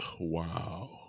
Wow